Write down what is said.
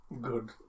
Good